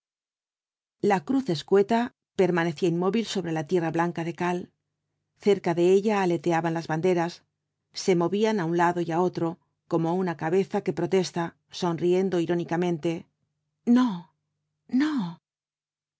la cruz escueta permanecía inmóvil sobre la tierra blanca de cal cerca de ella aleteaban las banderas so movían á un lado y á otro como una cabeza que protesta sonriendo irónicamente no no